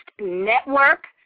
network